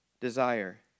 desire